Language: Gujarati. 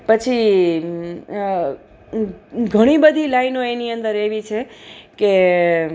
પછી ઘણીબધી લાઈનો એની અંદર એવી છે કે